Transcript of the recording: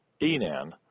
Enan